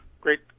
great